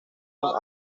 los